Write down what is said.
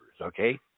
okay